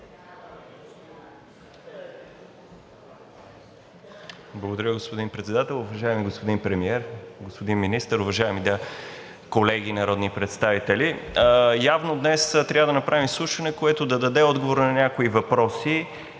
Благодаря, господин Председател. Уважаеми господин Премиер, господин Министър, уважаеми колеги народни представители! Явно днес трябва да направим изслушване, което да даде отговор на някои въпроси,